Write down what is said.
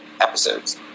episodes